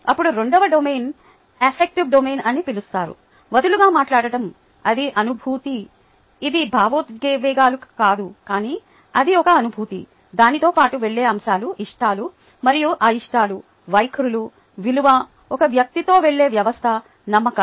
అప్పుడు రెండవ డొమైన్ను ఎఫెక్టివ్ డొమైన్ అని పిలుస్తారు వదులుగా మాట్లాడటం అది అనుభూతి ఇది భావోద్వేగాలు కాదు కానీ అది ఒక అనుభూతి దానితో పాటు వెళ్ళే అంశాలు ఇష్టాలు మరియు అయిష్టాలు వైఖరులు విలువ ఒక వ్యక్తితో వెళ్ళే వ్యవస్థ నమ్మకాలు